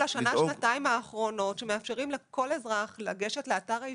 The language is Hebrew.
השנה-שנתיים האחרונות שמאפשרים לכל אזרח לגשת לאתר האישי.